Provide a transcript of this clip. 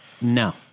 No